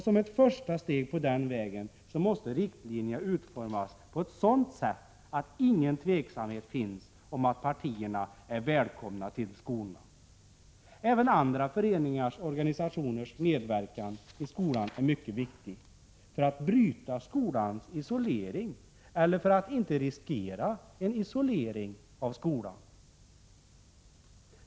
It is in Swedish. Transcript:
Som ett första steg på den vägen måste riktlinjer utformas på ett sådant sätt att inget tvivel råder om att partierna är välkomna till skolorna. Även andra föreningars och organisationers medverkan i skolan är mycket viktig för att bryta skolans isolering eller för att inte riskera en isolering.